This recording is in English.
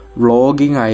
vlogging